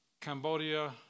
Cambodia